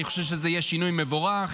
אני חושב שזה יהיה שינוי מבורך,